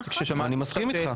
נכון ואני מסכים איתך,